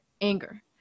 anger